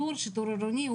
הצבת שוטרים בבי"ח,